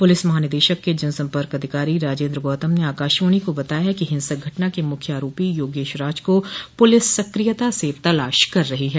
police महानिदेशक के जनसंपर्क अधिकारी राजेन्द्र गौतम ने आकाशवाणी को बताया है कि हिंसक घटना के मुख्य आरोपी योगेश राज को पुलिस सक्रियता से तलाश कर रही है